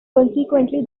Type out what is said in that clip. consequently